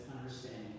understanding